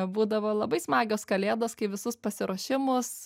būdavo labai smagios kalėdos kai visus pasiruošimus